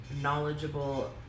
knowledgeable